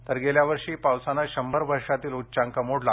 तर गेल्यावर्षी पावसाने शंभर वर्षातील उच्चांक मोडला